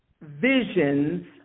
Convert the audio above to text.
visions